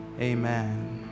amen